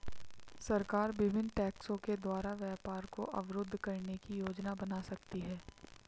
सरकार विभिन्न टैक्सों के द्वारा व्यापार को अवरुद्ध करने की योजना बना सकती है